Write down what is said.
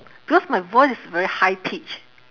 because my voice is very high pitch